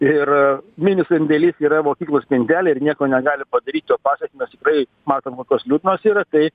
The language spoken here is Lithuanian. ir minisandėlys yra mokyklos spintelė ir nieko negali padaryt to pasekmės tikrai matant kokios liūdnos yra tai